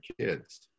kids